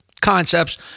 concepts